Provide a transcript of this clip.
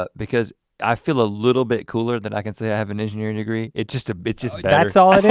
but because i feel a little bit cooler that i can say i have an engineering degree it just a bit better. that's all of it